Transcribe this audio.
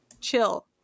chill